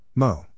Mo